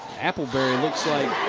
appleberry looks like